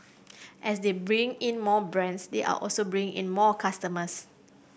as they bring in more brands they are also bringing in more customers